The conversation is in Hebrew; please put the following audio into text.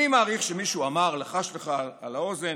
אני מעריך שמישהו אמר, לחש לך על האוזן,